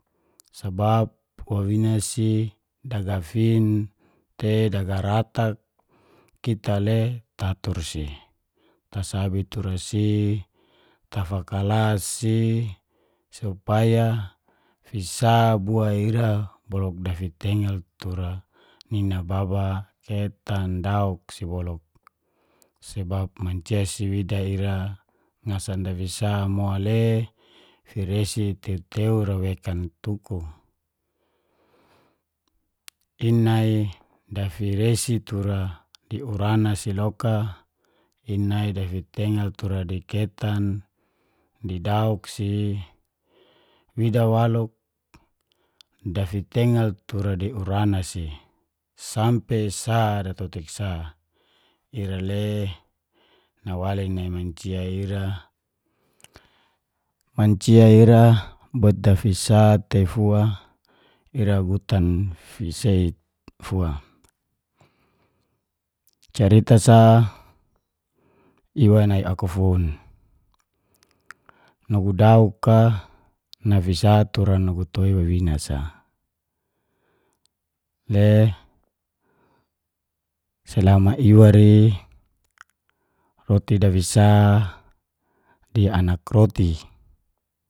Sabab wawina si dagafin te dagaratak, kita le ta atur si. Tasabi tura si, tafakalas si, supaya fisa bua ira boluk dafitengal tura nina baba, ketan, dauk si boluk. Sebab mancia si wida ira ngasan dafisa mole firesi tetew ra wekan tuku. Inai dafiresi tura di urana si loka inai dafitengal tura di ketan, di dauk, si, wida waluk dafitengal tura di urana si sampe sa datotik sa. Ira le nawali nai mancia ira, mancia ira bot dafisa tei fua ira gutan fi sei fua. Carita sa i nai aku fun, nugu dauk a nafisa tura nugu toi wawina sa le selama iwa ri roti dafisa di anak roti.